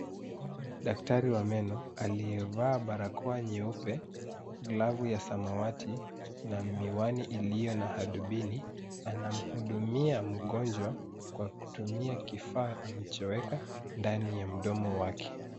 Daktari wa meno aliyevaa barakoa nyeupe, glavu ya samawati na miwani iliyo na hadubini anamhudumia mgonjwa kwa kutumia kifaa alichoweka ndani ya mdomo wake.